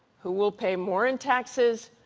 who will pay more in taxes?